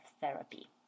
therapy